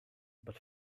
but